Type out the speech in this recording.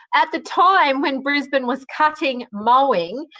at the time when brisbane was cutting mowing,